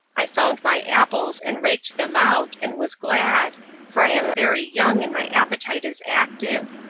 i found my apples, and raked them out, and was glad for i am very young and my appetite is active.